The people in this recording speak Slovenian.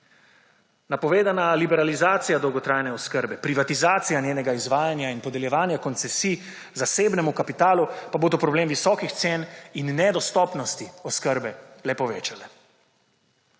Napovedana liberalizacija dolgotrajne oskrbe, privatizacija njenega izvajanja in podeljevanja koncesij zasebnemu kapitalu pa bodo problem visokih cen in nedostopnosti oskrbe le povečale.